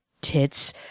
tits